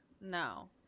no